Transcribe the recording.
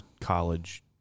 college